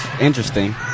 interesting